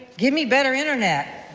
give me better internet.